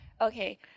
Okay